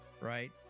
right